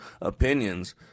opinions